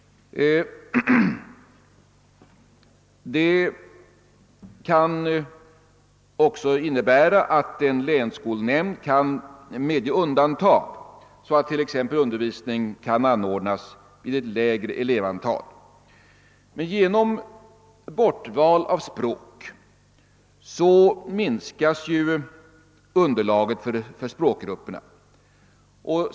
Det kan också innebära att en länsskolnämnd kan medge undantag, så att t.ex. undervisning kan ordnas med lägre elevantal. Men genom bortval av språk minskas underlaget för språkgrupperna.